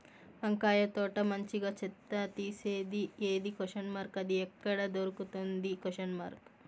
వంకాయ తోట మంచిగా చెత్త తీసేది ఏది? అది ఎక్కడ దొరుకుతుంది?